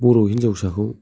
बर' हिनजावसाखौ